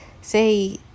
Say